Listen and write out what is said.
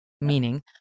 meaning